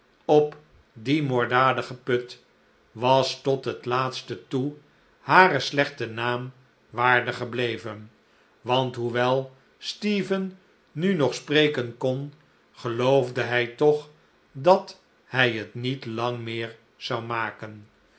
op dien moorddadigen put was tot het laatste toe haar slechten naam waardig gebleven want hoewel stephen nu nog spreken kon geloofde hij toch dat hij het niet lang meer zou maken